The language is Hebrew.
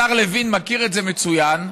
השר לוין מכיר את זה מצוין,